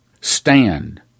Stand